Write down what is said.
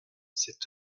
cet